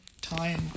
time